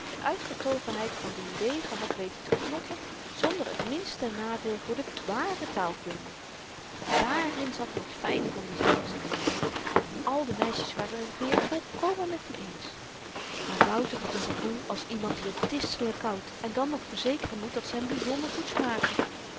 de uitgetogenheid van dien degen had weten te knotten zonder t minste nadeel voor de ware taalkunde dààrin zat m t fyne van de zaak zeide hy en al de meisjes waren t weer volkomen met hem eens maar wouter had n gevoel als iemand die op distelen kauwt en dan nog verzekeren moet dat ze hem byzonder goed smaken